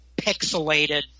pixelated